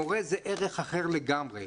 מורה זה ערך אחר לגמרי.